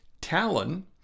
Talon